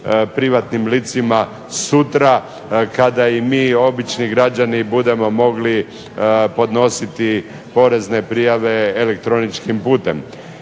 privatnim licima sutra kada i mi obični građani budemo mogli podnositi porezne prijave elektroničkim putem.